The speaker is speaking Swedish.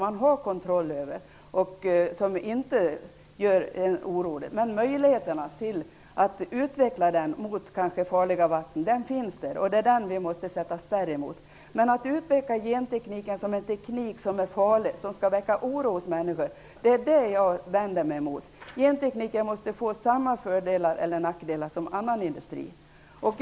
Man har kontroll över det. Det är inte något som gör en orolig. Men möjligheterna finns att utveckla gentekniken mot farliga vatten. Möjligheterna finns, och det är mot dem vi måste sätta upp en spärr. Jag vänder mig mot att man utpekar gentekniken som en teknik som är farlig, som skall väcka oro hos människor. Gentekniken måste få samma fördelar eller nackdelar som annan teknik inom industrin.